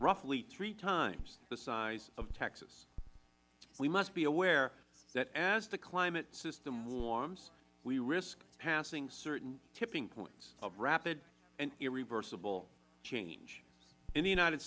roughly three times the size of texas we must be aware that as the climate system warms we risk passing certain tipping points of rapid and irreversible change in the united